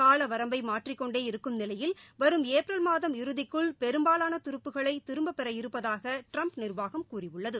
காலவரம்பை மாற்றிக் கொண்டே இருக்கும் நிலையில் வரும் ஏப்ரல் மாதம் இறுதிக்குள் பெரும்பாவான துருப்புகளை திரும்பப்பெற இருப்பதாக ட்ரம்ப் நிர்வாகம் கூறியுள்ளது